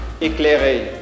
Éclairé